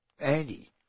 Andy